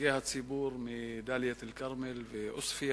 נציגי הציבור מדאלית-אל-כרמל ועוספיא